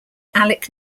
alec